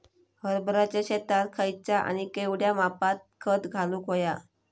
हरभराच्या शेतात खयचा आणि केवढया मापात खत घालुक व्हया?